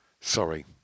sorry